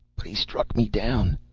but he struck me down.